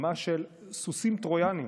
מלחמה של סוסים טרויאניים.